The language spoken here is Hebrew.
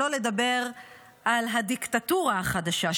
שלא לדבר על הדיקטטורה החדשה?